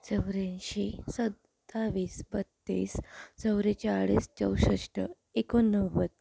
चौऱ्याऐंशी सत्तावीस बत्तीस चौवेचाळीस चौसष्ट एकोणनव्वद